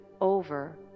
over